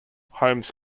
holmes